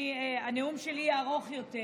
שהנאום שלי יהיה ארוך יותר.